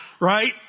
right